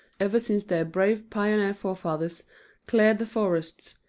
ever since their brave pioneer forefathers cleared the forests,